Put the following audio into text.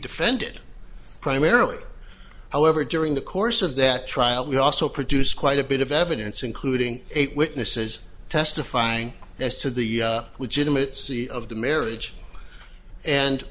defended primarily however during the course of that trial we also produced quite a bit of evidence including eight witnesses testifying as to the legitimate c of the marriage and